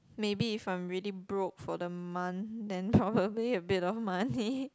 maybe if I'm really broke for the month then probably a bit of money